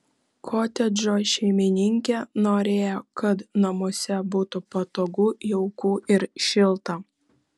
kotedžo šeimininkė norėjo kad namuose būtų patogu jauku ir šilta